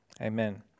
Amen